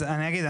אז אני אגיד,